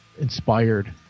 inspired